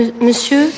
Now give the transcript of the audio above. Monsieur